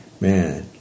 Man